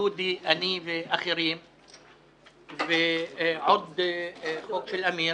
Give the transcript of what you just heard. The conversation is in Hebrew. דודי אני ואחרים ועוד חוק של אמיר